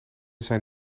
zijn